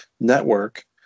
network